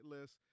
list